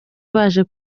baje